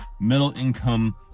middle-income